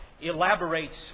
elaborates